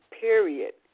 period